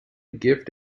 gift